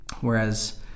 Whereas